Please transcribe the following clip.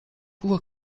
uhr